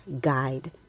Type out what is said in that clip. guide